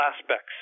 aspects